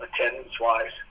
attendance-wise